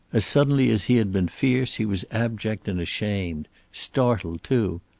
as suddenly as he had been fierce he was abject and ashamed. startled, too.